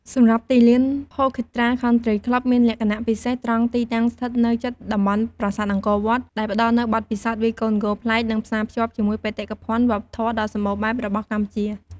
សម្រាប់ទីលាន Phokeethra Country Club មានលក្ខណៈពិសេសត្រង់ទីតាំងស្ថិតនៅជិតតំបន់ប្រាសាទអង្គរវត្ត ដែលផ្ដល់នូវបទពិសោធន៍វាយកូនហ្គោលប្លែក និងផ្សារភ្ជាប់ជាមួយបេតិកភណ្ឌវប្បធម៌ដ៏សម្បូរបែបរបស់កម្ពុជា។